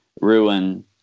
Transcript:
ruin